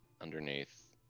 underneath